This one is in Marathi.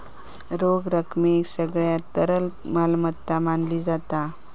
रोख रकमेक सगळ्यात तरल मालमत्ता मानली जाता